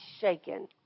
shaken